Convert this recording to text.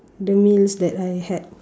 the meals that I had